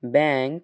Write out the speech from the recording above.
bank